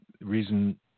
reason